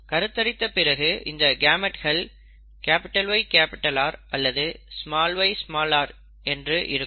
கருத்தரித்த பிறகு இந்த கேமெட்கள் YR அல்லது yr என்னை இருக்கும்